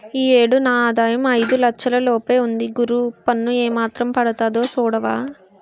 ఈ ఏడు నా ఆదాయం ఐదు లచ్చల లోపే ఉంది గురూ పన్ను ఏమాత్రం పడతాదో సూడవా